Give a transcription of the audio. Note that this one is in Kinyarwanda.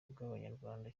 bw’abanyarwanda